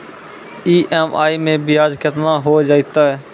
EMI मैं ब्याज केतना हो जयतै?